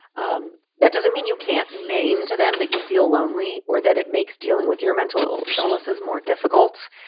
um that doesn't mean you can't name to them that you feel lonely or that it makes dealing with your mental illnesses more difficult.